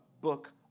book